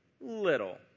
little